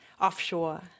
offshore